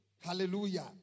Hallelujah